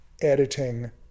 editing